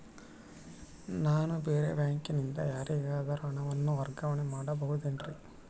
ನಾನು ಬೇರೆ ಬ್ಯಾಂಕಿನಿಂದ ಯಾರಿಗಾದರೂ ಹಣವನ್ನು ವರ್ಗಾವಣೆ ಮಾಡಬಹುದೇನ್ರಿ?